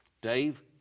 Dave